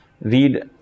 read